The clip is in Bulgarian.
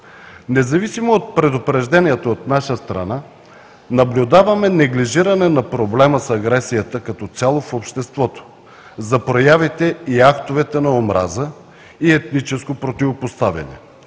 Независимо от предупрежденията от наша страна, наблюдаваме неглижиране на проблема с агресията като цяло в обществото, за проявите и актовете на омраза и етническо противопоставяне.